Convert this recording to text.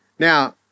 Now